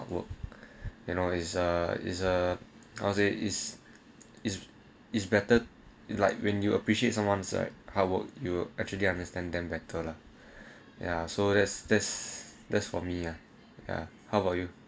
work you work is a is a how to say is is is better like when you appreciate someone side how would you actually understand them better lah ya so there's there's there's for me ah ya how about you